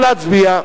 נא להצביע.